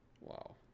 Wow